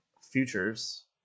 futures